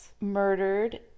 murdered